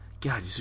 God